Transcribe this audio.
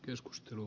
keskustelu